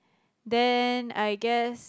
then I guess